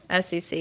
SEC